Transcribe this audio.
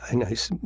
and nice.